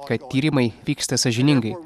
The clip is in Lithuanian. kad tyrimai vyksta sąžiningai